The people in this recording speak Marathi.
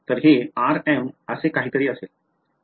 तर हे r m असे काही तरी असेल